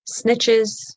snitches